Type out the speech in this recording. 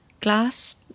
glass